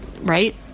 right